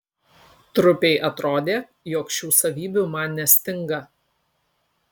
trupei atrodė jog šių savybių man nestinga